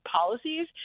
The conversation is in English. policies